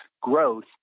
growth